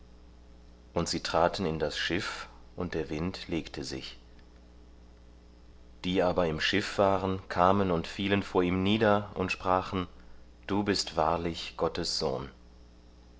und sie traten in das schiff und der wind legte sich die aber im schiff waren kamen und fielen vor ihm nieder und sprachen du bist wahrlich gottes sohn